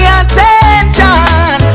attention